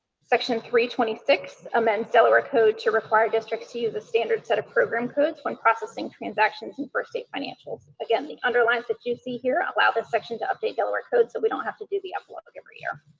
section three hundred and twenty six amends delaware code to require districts to use a standard set of program codes when processing transactions and first aid financials. again, the underlines that you see here allow this section to update delaware codes, so we don't have to do the epilogue every year.